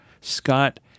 Scott